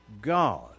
God